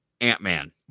ant-man